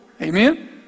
Amen